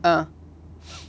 uh